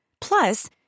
Plus